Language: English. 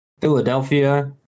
Philadelphia